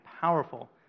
powerful